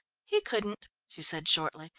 he couldn't, she said shortly.